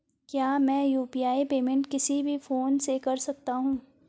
क्या मैं UPI payment किसी भी फोन से कर सकता हूँ?